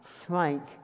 strike